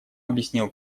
объяснил